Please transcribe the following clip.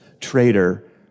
traitor